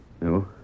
No